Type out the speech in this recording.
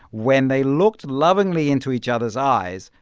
when they looked lovingly into each other's eyes,